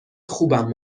خوبم